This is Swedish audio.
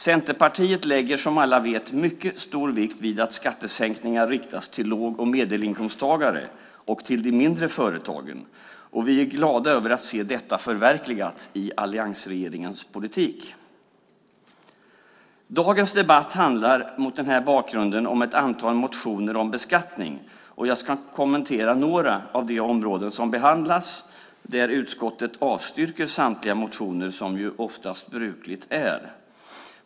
Centerpartiet lägger, som alla vet, mycket stor vikt vid att skattesänkningar riktas till låg och medelinkomsttagare och till de mindre företagen, och vi är glada över att se att detta har förverkligats i alliansregeringens politik. Dagens debatt handlar mot denna bakgrund om ett antal motioner om beskattning, och jag ska kommentera några av de områden som behandlas, där utskottet avstyrker samtliga motioner, vilket är brukligt.